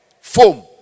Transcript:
Foam